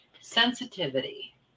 Sensitivity